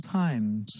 times